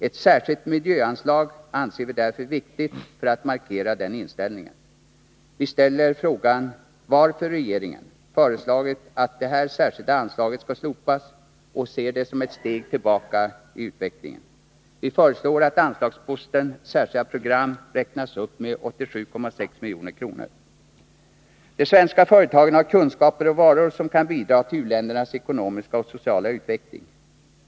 Ett särskilt miljöanslag anser vi vara viktigt för att markera denna inställning. Vi ställer frågan varför regeringen föreslagit att detta särskilda anslag skall slopas och ser det som ett steg tillbaka i utvecklingen. Vi föreslår att anslagsposten Särskilda program räknas upp med 87,6 milj.kr. De svenska företagen har kunskaper och varor som kan bidra till u-ländernas ekonomiska och sociala utveckling.